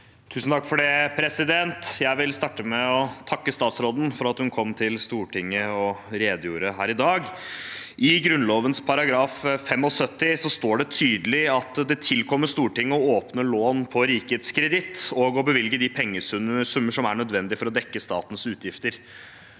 Lund (R) Jeg vil starte med å takke statsråden for at hun kom til Stortinget og redegjorde her i dag. I Grunnloven § 75 står det tydelig at det tilkommer Stortinget å åpne lån på rikets kreditt og å bevilge de pengesummer som er nødvendig for å dekke statens utgifter